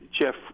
Jeff